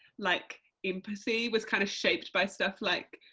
like empathy was kind of shaped by stuff like,